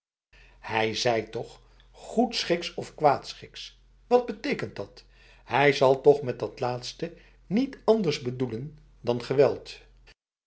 hij zei toch goedschiks of kwaadschiks wat betekent dat hij zal toch met dat laatste niet anders bedoelen dan geweld